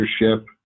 leadership